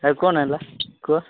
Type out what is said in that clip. ଆଉ କ'ଣ ହେଲା କୁହ